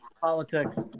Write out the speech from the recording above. Politics